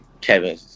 Kevin